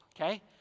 okay